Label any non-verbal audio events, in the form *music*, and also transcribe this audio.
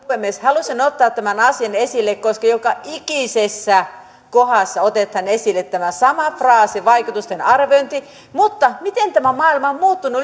puhemies halusin ottaa tämän asian esille koska joka ikisessä kohdassa otetaan esille tämä sama fraasi vaikutusten arviointi mutta miten tämä maailma on muuttunut *unintelligible*